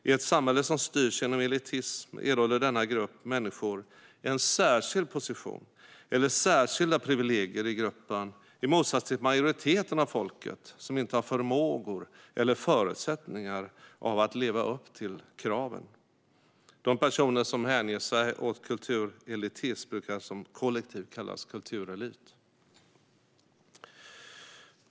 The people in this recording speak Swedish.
I ett samhälle som styrs genom elitism erhåller denna grupp människor en särskild position eller särskilda privilegier i gruppen, i motsats till majoriteten av folket som inte har förmågor eller förutsättningar av att leva upp till kraven. - De personer som hänger sig åt kulturelitism brukar som kollektiv kallas kulturelit."